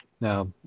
Now